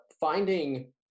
finding